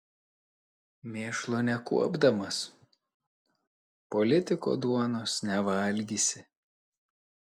mėšlo nekuopdamas politiko duonos nevalgysi